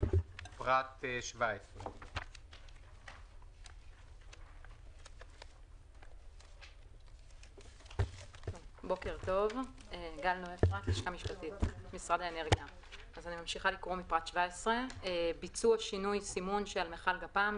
פרט 17. אני ממשיכה לקרוא מפרט 17. ביצע שינוי סימון שעל מכל גפ"מ,